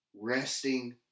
resting